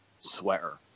sweater